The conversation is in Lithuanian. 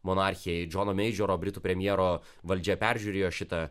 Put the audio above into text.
monarchijai džono meidžoro britų premjero valdžia peržiūrėjo šitą